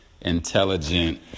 intelligent